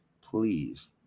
please